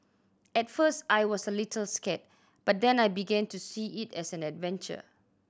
at first I was a little scared but then I began to see it as an adventure